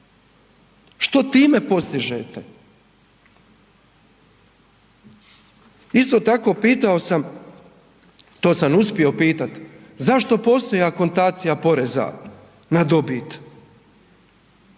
Što time postižete? Isto tako, pitao sam, to sam uspio pitati, zašto postoji akontacija poreza na dobit?